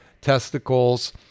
testicles